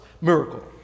miracle